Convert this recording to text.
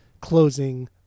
closing